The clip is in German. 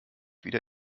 wieder